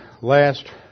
last